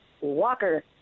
Walker